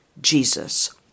Jesus